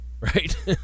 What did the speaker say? right